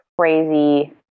crazy